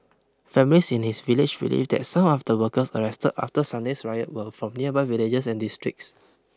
families in his village believe that some of the workers arrested after Sunday's riot were from nearby villages and districts